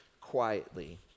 quietly